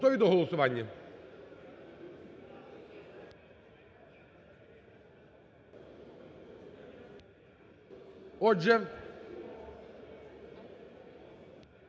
Отже,